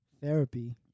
Therapy